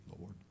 Lord